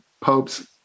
Popes